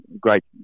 great